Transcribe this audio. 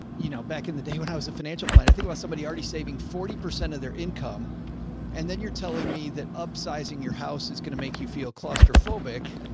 you know, back in the day when i was a financial planner, i think about somebody already saving forty percent of their income and then you're telling me that up-sizing your house is going to make you feel claustrophobic.